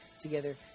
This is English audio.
together